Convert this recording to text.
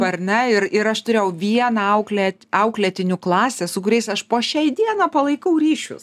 ar ne ir ir aš turėjau vieną auklė auklėtinių klasę su kuriais aš po šiai dieną palaikau ryšius